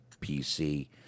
PC